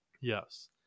Yes